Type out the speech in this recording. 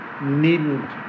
needn't